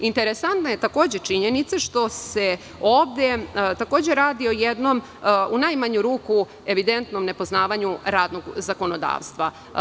Interesantna je, takođe, činjenica, što se ovde takođe radi o jednom, u najmanju ruku, evidentnom nepoznavanju radnog zakonodavstva.